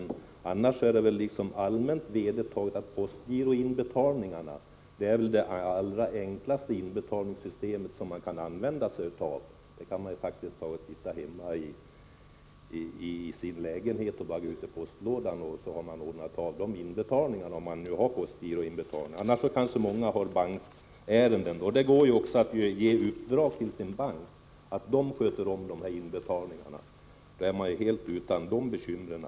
Annars är det väl allmänt vedertaget att postgiroinbetalning är det allra enklaste inbetalningssystem som man kan använda sig av. Om man har postgirokonto kan man ju faktiskt sitta hemma i sin lägenhet och sköta inbetalningen och sedan bara gå ut till sin postlåda med brevet. Annars kanske man kan ge uppdraget till sin bank att sköta inbetalningen. Då är man ju helt fri från de bekymren.